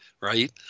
right